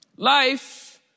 Life